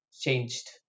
changed